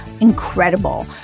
incredible